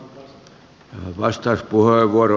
arvoisa puhemies